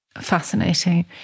Fascinating